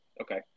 Okay